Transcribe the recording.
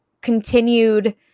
continued